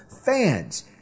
fans